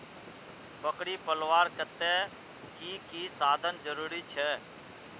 बकरी पलवार केते की की साधन जरूरी छे?